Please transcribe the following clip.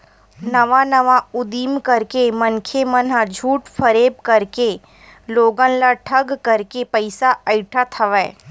नवा नवा उदीम करके मनखे मन ह झूठ फरेब करके लोगन ल ठंग करके पइसा अइठत हवय